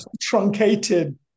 truncated